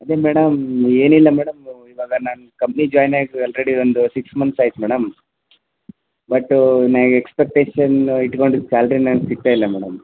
ಅದೆ ಮೇಡಮ್ ಏನಿಲ್ಲ ಮೇಡಮ್ ಇವಾಗ ನಾನು ಕಂಪ್ನಿಗೆ ಜಾಯ್ನ್ ಆಗಿ ಆಲ್ರೆಡಿ ಒಂದು ಸಿಕ್ಸ್ ಮಂತ್ಸ್ ಆಯ್ತು ಮೇಡಮ್ ಬಟ್ಟೂ ನಾ ಎಕ್ಸ್ಪೆಕ್ಟೇಷನ್ ಇಟ್ಕೊಂಡಿದ್ದ ಸ್ಯಾಲ್ರಿ ನಂಗೆ ಸಿಗ್ತಾಯಿಲ್ಲ ಮೇಡಮ್